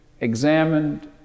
examined